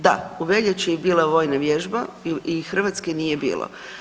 Da, u veljači je bila vojna vježba i Hrvatske nije bilo.